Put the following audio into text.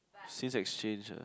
since exchange uh